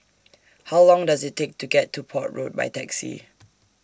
How Long Does IT Take to get to Port Road By Taxi